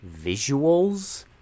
visuals